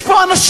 יש פה אנשים,